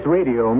Radio